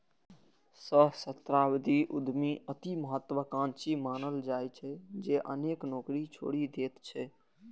सहस्राब्दी उद्यमी अति महात्वाकांक्षी मानल जाइ छै, जे अनेक नौकरी छोड़ि दैत छै